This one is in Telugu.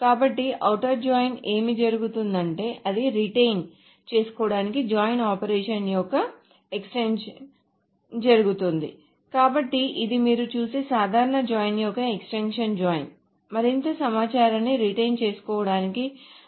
కాబట్టి ఔటర్ జాయిన్లో ఏమి జరుగుతుందంటే అది రిటైన్ చేసుకోవటానికి జాయిన్ ఆపరేషన్ యొక్క ఎక్స్టెన్షన్ జరుగుతుంది కాబట్టి ఇది మీరు చూసే సాధారణ జాయిన్ యొక్క ఎక్స్టెన్షన్ జాయిన్ మరింత సమాచారాన్ని రిటైన్ చేసుకోవటానికి